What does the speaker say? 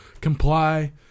comply